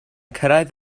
cyrraedd